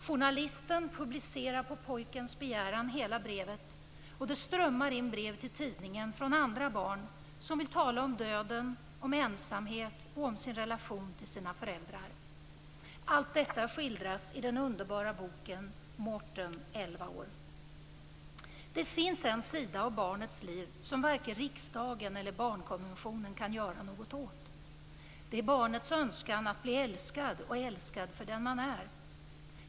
Journalisten publicerar på pojkens begäran hela brevet, och det strömmar in brev till tidningen från andra barn som vill tala om döden, om ensamhet och om relationen till föräldrarna. Allt detta skildras i den underbara boken Morten 11 år. Det finns en sida av barnets liv som varken riksdagen eller barnkonventionen kan göra något åt. Det är barnets önskan att bli älskad, älskad för den man är.